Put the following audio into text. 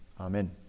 amen